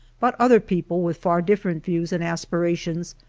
but other people, with far different views and aspirations,